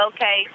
Okay